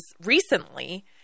recently